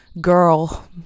girl